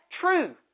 true